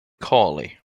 corley